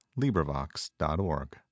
LibriVox.org